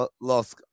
Lost